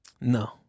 No